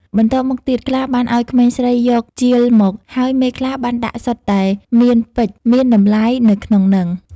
បន្ទាប់មកទៀត ខ្លាបានឲ្យក្មេងស្រីយកជាលមក ហើយមេខ្លាបានដាក់សុទ្ធតែមានពេជ្រមានតម្លៃនៅក្នុងហ្នឹង។